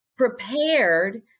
Prepared